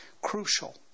crucial